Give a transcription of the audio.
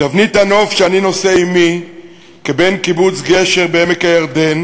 תבנית הנוף שאני נושא עמי כבן קיבוץ גשר בעמק הירדן